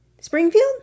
Springfield